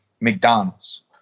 McDonald's